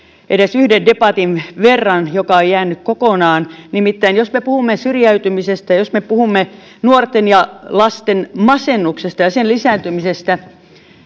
edes yhden debatin verran joka on jäänyt kokonaan nimittäin jos me puhumme syrjäytymisestä ja jos me puhumme nuorten ja lasten masennuksesta ja sen lisääntymisestä